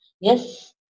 Yes